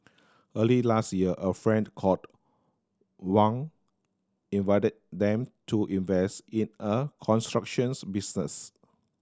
early last year a friend called Wang invited them to invest in a constructions business